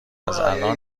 ازالان